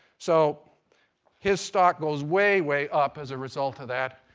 so his stock goes way, way up as a result of that.